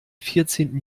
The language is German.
vierzehnten